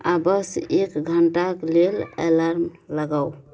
आओर बस एक घण्टाके लेल एलार्म लगाउ